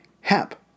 Hap